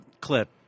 clip